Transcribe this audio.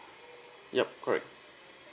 yup correct